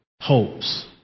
hopes